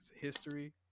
history